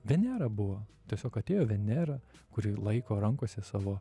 venera buvo tiesiog atėjo venera kuri laiko rankose savo